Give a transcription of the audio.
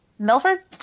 Milford